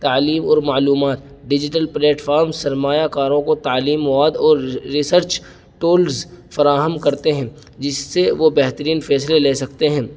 تعلیم اور معلومات ڈیجیٹل پلیٹفارمز سرمایہ کاروں کو تعلیم مواد اور ریسرچ ٹولز فراہم کرتے ہیں جس سے وہ بہترین فیصلے لے سکتے ہیں